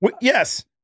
Yes